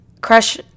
crush